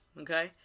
okay